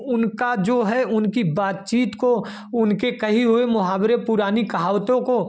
उनका जो है उनकी बातचीत को उनके कहे हुए मुहावरे पुरानी कहावतों को